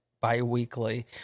bi-weekly